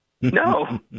No